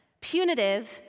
punitive